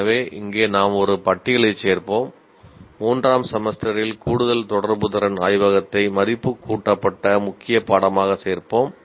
எனவே இங்கே நாம் ஒரு பட்டியலைச் சேர்ப்போம் மூன்றாம் செமஸ்டரில் கூடுதல் தொடர்புதிறன் ஆய்வகத்தை மதிப்பு கூட்டப்பட்ட முக்கிய பாடமாக சேர்ப்போம்